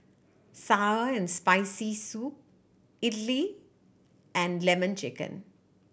sour and Spicy Soup idly and Lemon Chicken